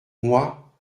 moi